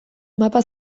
mapa